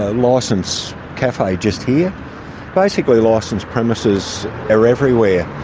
a licenced cafe just here basically licenced premises are everywhere.